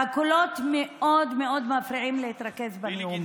והקולות מאוד מאוד מפריעים להתרכז בנאום.